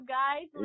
guys